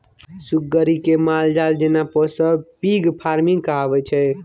सुग्गरि केँ मालजाल जेना पोसब पिग फार्मिंग कहाबै छै